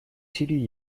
сирии